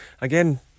again